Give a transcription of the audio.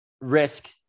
risk